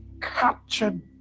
captured